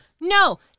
No